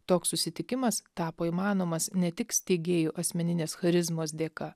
toks susitikimas tapo įmanomas ne tik steigėjų asmeninės charizmos dėka